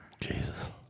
Jesus